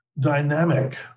dynamic